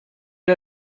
der